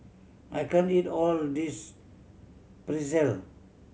I can't eat all of this Pretzel